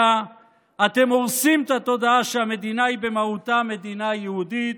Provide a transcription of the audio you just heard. אתם הורסים את התודעה שהמדינה היא במהותה מדינה יהודית,